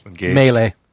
Melee